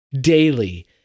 daily